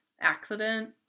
accident